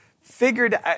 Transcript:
figured